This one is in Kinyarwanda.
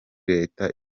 leta